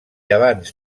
abans